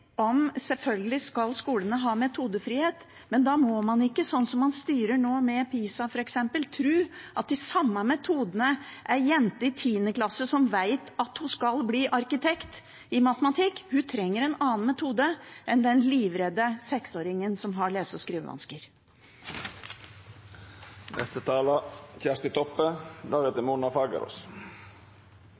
Selvfølgelig skal skolene ha metodefrihet, men da må man ikke, sånn som man styrer nå, med PISA, f.eks., tro at ei jente i 10. klasse som vet at hun skal bli arkitekt, trenger samme metode i matematikk som den livredde seksåringen som har lese- og